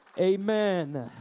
Amen